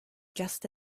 just